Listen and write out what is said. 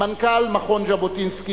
מנכ"ל מכון ז'בוטינסקי,